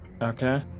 Okay